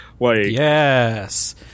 Yes